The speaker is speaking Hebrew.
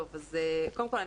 קודם כול,